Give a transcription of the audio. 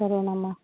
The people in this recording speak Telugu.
సరేనమ్మ